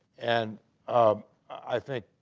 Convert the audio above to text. and um i think